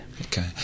Okay